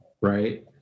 right